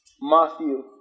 Matthew